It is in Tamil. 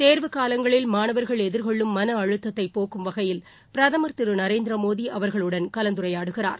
தேர்வுக் காலங்களில் மாணவர்கள் எதிர்கொள்ளும் மன அழுத்தத்தை போக்கும் வகையில் பிரதமர் திரு நரேந்திரமோடி அவா்களுடன் கலந்துரையாடுகிறார்